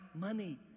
money